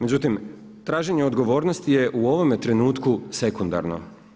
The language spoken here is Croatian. Međutim, traženje odgovornosti je u ovome trenutku sekundarno.